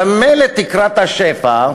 הרי ממילא תקרת השפע,